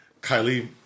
Kylie